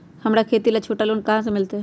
हमरा खेती ला छोटा लोने कहाँ से मिलतै?